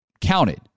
counted